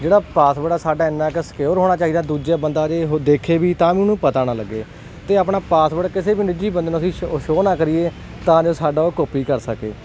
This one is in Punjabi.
ਜਿਹੜਾ ਪਾਸਵਰਡ ਸਾਡਾ ਇੰਨਾ ਕੁ ਸਿਕਿਓਰ ਹੋਣਾ ਚਾਹੀਦਾ ਦੂਜੇ ਬੰਦਾ ਜੇ ਉਹ ਦੇਖੇ ਵੀ ਤਾਂ ਵੀ ਉਹਨੂੰ ਪਤਾ ਨਾ ਲੱਗੇ ਅਤੇ ਆਪਣਾ ਪਾਸਵਰਡ ਕਿਸੇ ਵੀ ਨਿੱਜੀ ਬੰਦੇ ਨੂੰ ਅਸੀਂ ਸ਼ੋ ਨਾ ਕਰੀਏ ਤਾਂ ਜੋ ਸਾਡਾ ਉਹ ਕੋਪੀ ਕਰ ਸਕੇ